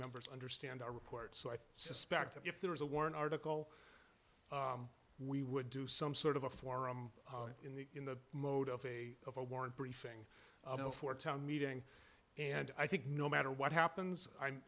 members understand our report so i suspect if there is a war in article we would do some sort of a forum in the in the mode of a of a warrant briefing for a town meeting and i think no matter what happens i'm